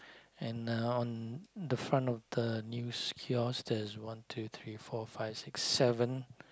and uh on the front of the news kiosk there's one two three four five six seven